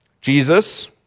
Jesus